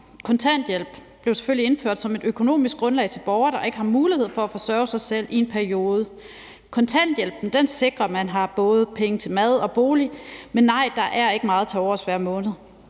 Kontanthjælpen blev jo selvfølgelig indført som et økonomisk grundlag til borgere, der ikke har mulighed for at forsørge sig selv i en periode. Kontanthjælpen sikrer, at man både har penge til mad og bolig, men nej, der er ikke meget tilovers hver måned.